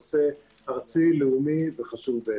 זה נושא ארצי, לאומי וחשוב.